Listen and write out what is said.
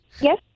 Yes